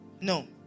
No